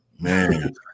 man